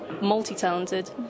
multi-talented